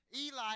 Eli